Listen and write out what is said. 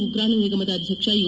ಉಗ್ರಾಣ ನಿಗಮದ ಅಧ್ಯಕ್ಷ ಯು